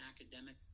academic